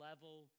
Level